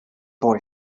boy